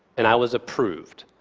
and i was approved.